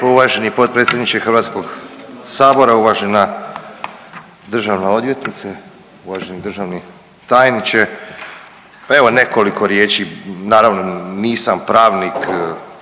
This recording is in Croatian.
uvaženi potpredsjedniče HS, uvažena državna odvjetnice, uvaženi državni tajniče. Pa evo nekoliko riječi, naravno nisam pravnik,